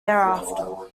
thereafter